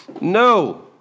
no